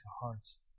hearts